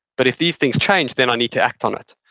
but if these things change, then i need to act on it.